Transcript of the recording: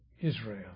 Israel